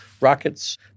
rockets